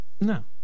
No